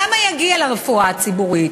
כמה יגיע לרפואה הציבורית?